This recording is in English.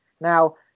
now